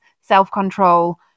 self-control